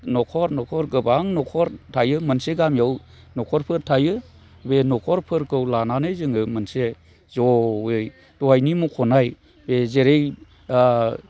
न'खर न'खर गोबां न'खर थायो मोनसे गामियाव न'खरफोर थायो बे न'खरफोरखौ लानानै जोङो मोनसे ज'यै दहायनि मखनाय बे जेरै